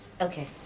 Okay